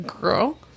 girl